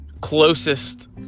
closest